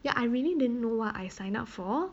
ya I really didn't know what I signed up for